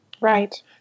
Right